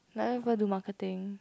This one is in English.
like every people do marketing